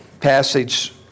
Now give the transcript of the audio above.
passage